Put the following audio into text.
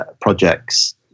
projects